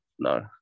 No